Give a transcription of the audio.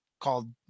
called